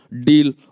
deal